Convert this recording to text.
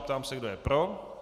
Ptám se, kdo je pro.